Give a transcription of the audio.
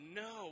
no